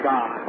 God